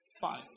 five